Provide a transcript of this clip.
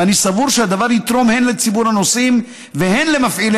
ואני סבור שהדבר יתרום הן לציבור הנוסעים והן למפעילי